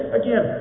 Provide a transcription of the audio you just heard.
again